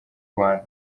rwanda